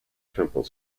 temple